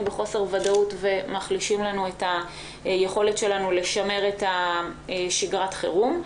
בחוסר ודאות ומחלישים לנו את היכולת שלנו לשמר את שיגרת החירום.